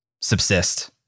subsist